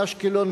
באשקלון,